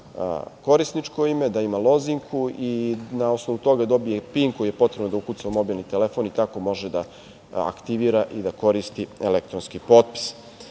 korisničko ime, da ima lozinku i na osnovu toga dobije PIN koji je potrebno da ukuca u mobilni telefon i tako može da aktivira i da koristi elektronski potpis.